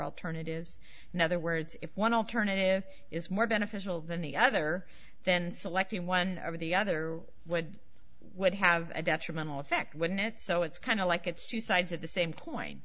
alternatives another words if one alternative is more beneficial than the other then selecting one or the other would would have a detrimental effect wouldn't it so it's kind of like it's two sides of the same coin